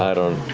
yeah don't